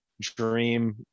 dream